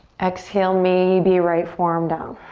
exhale, maybe right forearm down.